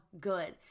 good